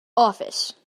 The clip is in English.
office